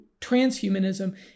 transhumanism